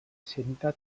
cinta